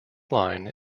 line